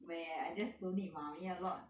where I just don't need mummy a lot